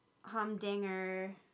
humdinger